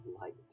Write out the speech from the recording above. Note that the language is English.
light